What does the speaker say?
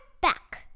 back